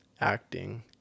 acting